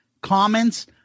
comments